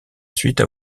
suite